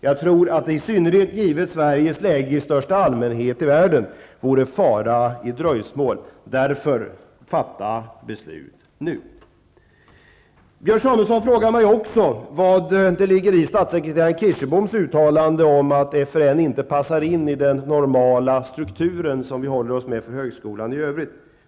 Jag tror att det, när det gäller Sveriges läge i allmänhet i världen, vore farligt med ett dröjsmål. Fatta därför beslut nu! Björn Samuelson frågar mig också vad som ligger i statssekreterare Kirseboms utalande om att FRN inte passar in i den normala struktur för högskolan i övrigt som vi håller oss med.